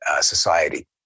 society